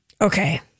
Okay